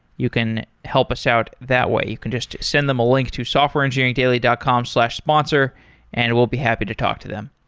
you can help us out that way. you can just send them a link to softwareengineeringdaily dot com slash sponsor and we'll be happy to talk to them.